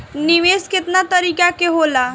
निवेस केतना तरीका के होला?